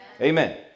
Amen